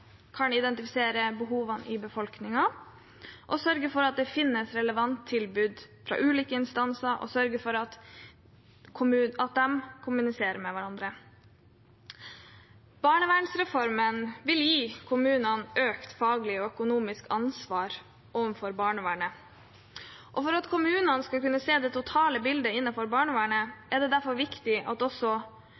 kan identifisere behovene i befolkningen og sørge for at det finnes et relevant tilbud fra ulike instanser, og at de kommuniserer med hverandre. Barnevernsreformen vil gi kommunene økt faglig og økonomisk ansvar overfor barnevernet. For at kommunene skal kunne se det totale bildet innenfor barnevernet, er det derfor viktig at også